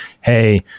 Hey